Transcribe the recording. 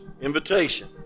invitation